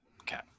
Okay